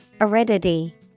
Aridity